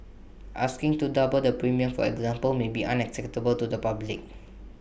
asking to double the premium for example may be unacceptable to the public